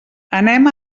anem